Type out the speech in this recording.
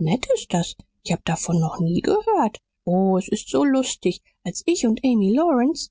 nett ist das ich hatte davon noch nie gehört o es ist so lustig als ich und amy lawrence